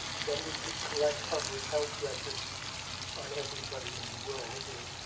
then we could collect public health records on everybody in the world or